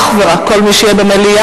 אך ורק כל מי שיהיה במליאה,